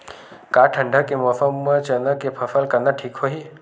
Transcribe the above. का ठंडा के मौसम म चना के फसल करना ठीक होही?